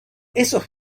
esos